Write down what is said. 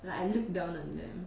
like I look down on them